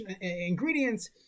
ingredients